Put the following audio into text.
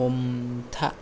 हमथा